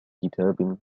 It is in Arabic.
كتاب